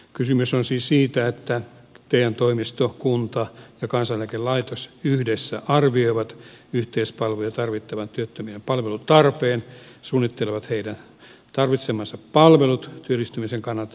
kysymys on siis siitä että te toimisto kunta ja kansaneläkelaitos yhdessä arvioivat yhteispalveluja tarvitsevien työttömien palvelutarpeen suunnittelevat heidän tarvitsemansa palvelut työllistymisen kannalta tarkoituksenmukaisella tavalla